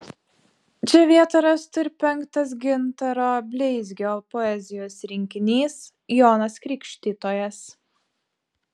čia vietą rastų ir penktas gintaro bleizgio poezijos rinkinys jonas krikštytojas